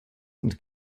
und